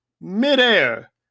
midair